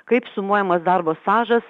kaip sumuojamas darbo stažas